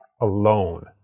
alone